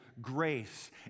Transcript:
grace